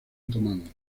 otomanos